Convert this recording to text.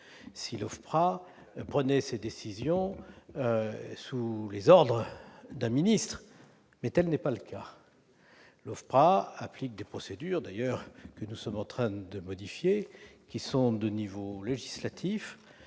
si l'OFPRA prenait ses décisions sous les ordres d'un ministre. Mais tel n'est pas le cas ! L'Office applique des procédures, que nous sommes d'ailleurs en train de modifier, qui sont de niveau législatif.